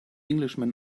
englishman